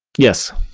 yes.